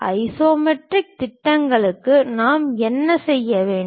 isometric திட்டங்களுக்கு நாம் என்ன செய்ய வேண்டும்